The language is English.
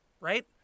Right